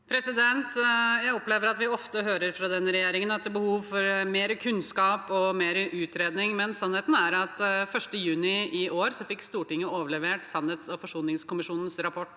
Jeg opplever at vi ofte hører fra denne regjeringen at det er behov for mer kunnskap og mer utredning, men sannheten er at Stortinget den 1. juni i år fikk overlevert sannhets- og forsoningskommisjonen rapport.